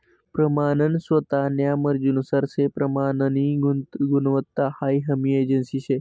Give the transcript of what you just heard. प्रमानन स्वतान्या मर्जीनुसार से प्रमाननी गुणवत्ता हाई हमी एजन्सी शे